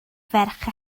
ferch